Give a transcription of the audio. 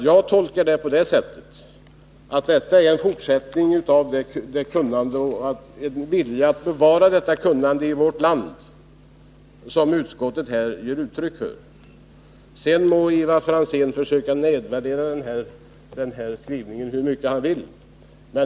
Jag tolkar det så att det är en vilja att bevara detta kunnande i vårt land som utskottet här ger uttryck för — sedan må Ivar Franzén försöka nedvärdera denna skrivning hur mycket han vill.